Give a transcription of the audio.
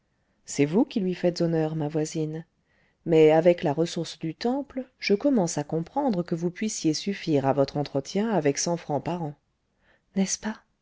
c'est vous qui lui faites honneur ma voisine mais avec la ressource du temple je commence à comprendre que vous puissiez suffire à votre entretien avec cent francs par an n'est-ce pas